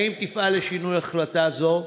2. האם תפעל לשנות החלטה זו?